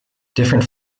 different